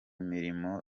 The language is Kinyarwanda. mirimo